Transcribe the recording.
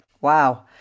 wow